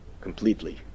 completely